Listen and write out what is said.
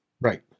Right